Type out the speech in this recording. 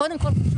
קודם כן,